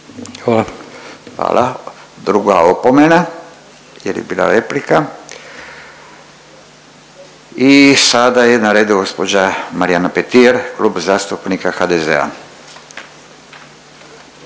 Hvala, druga opomena jel je bila replika. I sada je na redu gđa. Marijana Petir, Klub zastupnika HDZ-a.